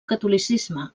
catolicisme